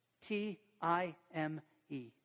T-I-M-E